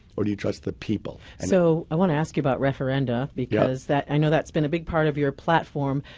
or do you trust the people? so i want to ask you about referenda because i know that's been a big part of your platform.